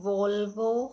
Volvo